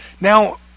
Now